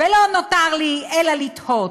ולא נותר לי אלא לתהות: